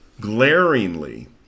glaringly